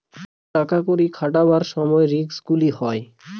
টাকা কড়ি খাটাবার সময় রিস্ক গুলো হয়